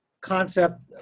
concept